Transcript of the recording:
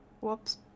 Whoops